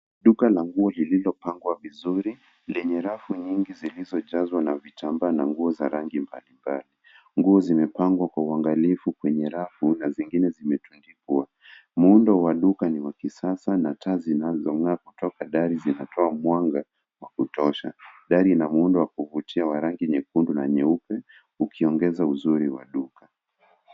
Duka la nguo lililopangwa vizuri lenye rafu nyingi zilizojazwa vitambaa na nguo za rangi mbalimbali. Nguo zimepangwa kwa uangalifu kwenye rafu na zingine zimetundikwa. Muundo wa duka ni wa kisasa na taa zinazong'aa kutoka dari zinatoa mwanga wa kutosha. Dari ina muundo wa kuvutia wa rangi nyekundu na nyeupe, ukiongeza uzuri wa duka.